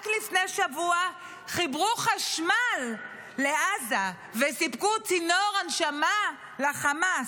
רק לפני שבוע חיברו חשמל לעזה וסיפקו צינור הנשמה לחמאס.